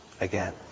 again